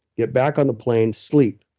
get back on the plane, sleep,